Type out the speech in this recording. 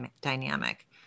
dynamic